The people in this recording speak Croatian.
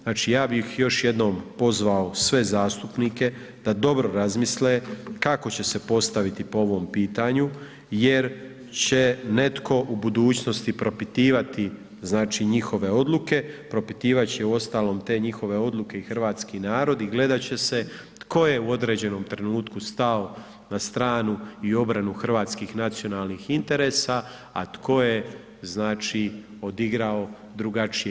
Znači ja bih još jednom pozvao sve zastupnike da dobro razmisle kako će se postaviti po ovom pitanju jer će netko u budućnosti propitivati znači njihove odluke, propitivati će uostalom te njihove odluke i hrvatski narod i gledat će se tko je u određenom trenutku stao na stranu i obranu hrvatskih nacionalnih interesa, a tko je znači odigrao drugačije.